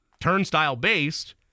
turnstile-based